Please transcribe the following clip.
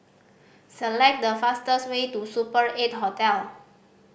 select the fastest way to Super Eight Hotel